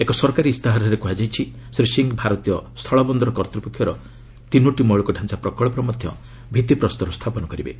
ଏକ ସରକାରୀ ଇସ୍ତାହାରରେ କୁହାଯାଇଛି ଶ୍ରୀ ସିଂ ଭାରତୀୟ ସ୍ଥଳବନ୍ଦର କର୍ତ୍ତ୍ୱପକ୍ଷର ତିନୋଟି ମୌଳିକଡାଞ୍ଚା ପ୍ରକଳ୍ପର ମଧ୍ୟ ଭିଭିପ୍ରସ୍ତର ସ୍ଥାପନ କରିବେ